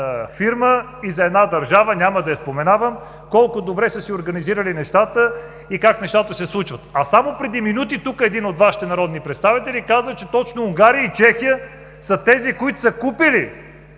и за една държава – няма да я споменавам, колко добре са си организирали нещата и как нещата се случват. Само преди минути тук един от Вашите народни представители каза, че точно Унгария и Чехия са тези, които са купили